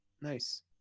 Nice